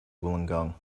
wollongong